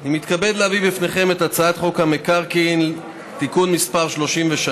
אני מתכבד להביא בפניכם את הצעת חוק המקרקעין (תיקון מס 33),